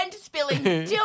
spilling